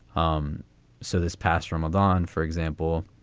um so this past from a gone for example,